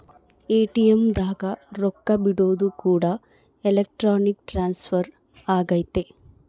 ATM ದಾಗ ರೊಕ್ಕ ಬಿಡ್ಸೊದು ಕೂಡ ಎಲೆಕ್ಟ್ರಾನಿಕ್ ಟ್ರಾನ್ಸ್ಫರ್ ಅಗೈತೆ